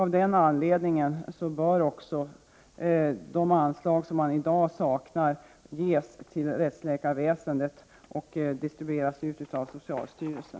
Av den anledningen bör också de anslag som man i dag saknar ges till rättsläkarväsendet och distribueras ut av socialstyrelsen.